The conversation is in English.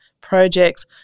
projects